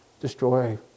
destroy